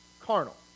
carnal